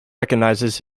recognizes